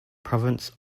province